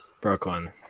Brooklyn